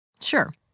Sure